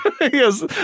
Yes